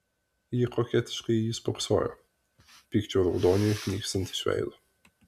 ji koketiškai į jį spoksojo pykčio raudoniui nykstant iš veido